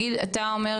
אתה יואב,